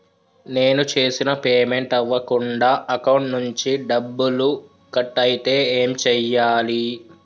నేను చేసిన పేమెంట్ అవ్వకుండా అకౌంట్ నుంచి డబ్బులు కట్ అయితే ఏం చేయాలి?